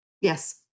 Yes